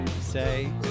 say